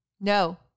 no